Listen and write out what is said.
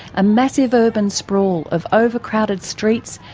a massive urban sprawl of overcrowded streets,